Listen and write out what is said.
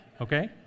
Okay